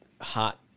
hot